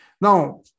Now